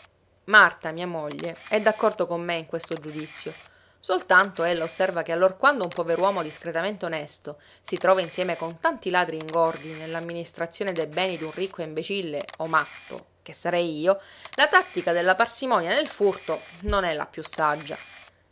marta mia moglie è d'accordo con me in questo giudizio soltanto ella osserva che allorquando un pover'uomo discretamente onesto si trova insieme con tanti ladri ingordi nell'amministrazione dei beni d'un ricco imbecille o matto che sarei io la tattica della parsimonia nel furto non è piú saggia